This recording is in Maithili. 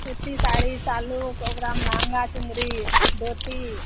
सूती साड़ी सालुक ओकरामे लहङ्गा चुन्दरी धोती